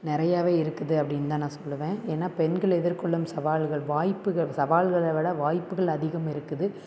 நிறையவே இருக்குது அப்படின்னு தான் நான் சொல்லுவேன் ஏன்னால் பெண்கள் எதிர்கொள்ளும் சவால்கள் வாய்ப்புகள் சவால்களை விட வாய்ப்புகள் அதிகம் இருக்குது